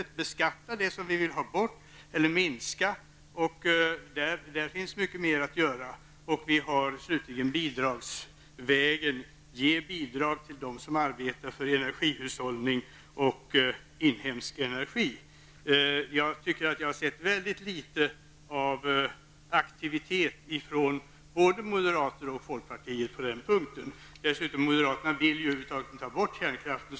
Man kan beskatta det man vill minska eller ta bort. På det området finns mycket mer att göra. Slutligen kan man ge bidrag till dem som arbetar för energihushållning och inhemsk energi. Jag har sett mycket litet av aktiviteter på den punkten från moderater och folkpartister. Moderaterna vill dessutom inte avveckla kärnkraften.